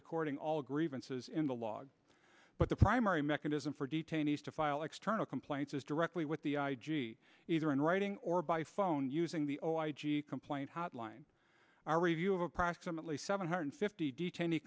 according all grievances in the log but the primary mechanism for detainees to file external complaints is directly with the either in writing or by phone using the complaint hotline our review of approximately seven hundred fifty detainee